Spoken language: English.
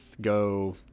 go